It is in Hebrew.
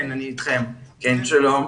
שלום.